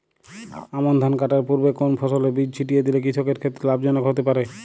আমন ধান কাটার পূর্বে কোন ফসলের বীজ ছিটিয়ে দিলে কৃষকের ক্ষেত্রে লাভজনক হতে পারে?